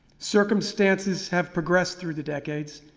circumstances have progressed through the decades,